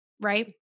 right